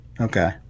Okay